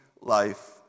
life